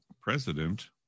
president